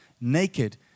naked